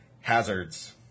hazards